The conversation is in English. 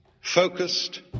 focused